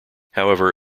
however